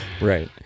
Right